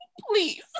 please